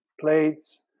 plates